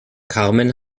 carmen